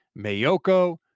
Mayoko